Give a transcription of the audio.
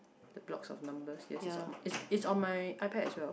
the blocks of numbers yes it's on it's on my iPad as well